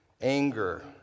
Anger